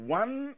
one